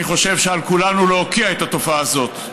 אני חושב שעל כולנו להוקיע את התופעה הזאת,